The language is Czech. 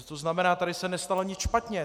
To znamená, tady se nestalo nic špatně.